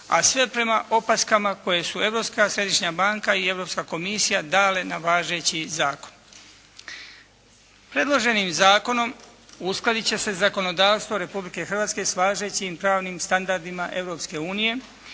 a sve prema opaskama koje su Europska središnja banka i Europska komisija dale na važeći zakon. Predloženim zakonom uskladiti će se zakonodavstvo Republike Hrvatske s važećim pravnim standardima